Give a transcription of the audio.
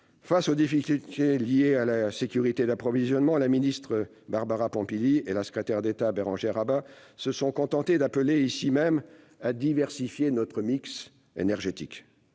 Face aux difficultés liées à la sécurité d'approvisionnement, la ministre Barbara Pompili et la secrétaire d'État Bérangère Abba se sont contentées d'appeler, ici même, « à diversifier notre mix énergétique